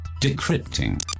decrypting